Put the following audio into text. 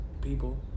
people